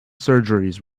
surgeries